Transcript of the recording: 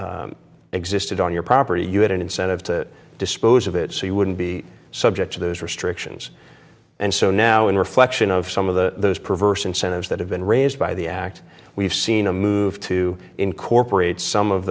existed on your property you had an incentive to dispose of it so you wouldn't be subject to those restrictions and so now in reflection of some of the perverse incentives that have been raised by the act we've seen a move to incorporate some of